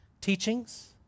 teachings